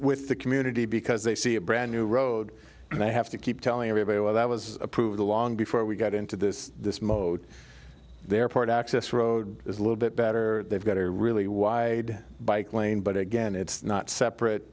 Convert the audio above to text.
with the community because they see a brand new road and they have to keep telling everybody well that was approved long before we got into this this mode their part access road is a little bit better they've got a really wide bike lane but again it's not separate